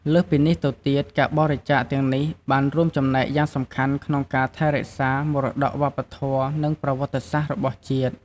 លើសពីនេះទៅទៀត ការបរិច្ចាគទាំងនេះបានរួមចំណែកយ៉ាងសំខាន់ក្នុងការ ថែរក្សាមរតកវប្បធម៌ និងប្រវត្តិសាស្ត្រ របស់ជាតិ។